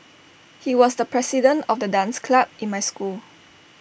he was the president of the dance club in my school